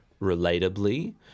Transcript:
relatably